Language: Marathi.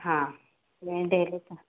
हां